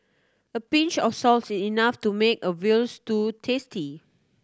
a pinch of salt is enough to make a veal stew tasty